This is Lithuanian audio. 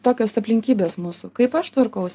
tokios aplinkybės mūsų kaip aš tvarkaus